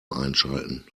einschalten